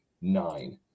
nine